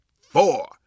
four